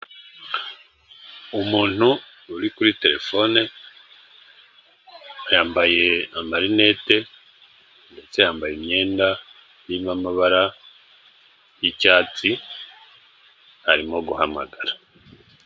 Umuntu uri kuri telefone, yambaye amarinete ndetse yambara imyenda irimo amabara y'icyatsi, arimo guhamagara.